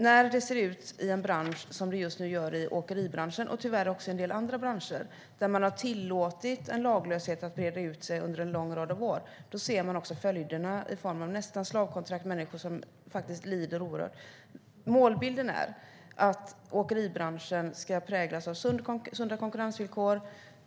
När det ser ut i en bransch som det just nu gör i åkeribranschen och tyvärr också i en del andra branscher där en laglöshet har tillåtits att breda ut sig under en lång rad av år ser man också följderna. Det är nästan slavkontrakt, och det är människor som faktiskt lider oerhört. Målbilden är att åkeribranschen ska präglas av sunda konkurrensvillkor.